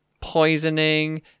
Poisoning